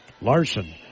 Larson